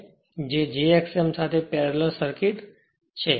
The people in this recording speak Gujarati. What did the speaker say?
તે j x m સાથે પેરેલલ છે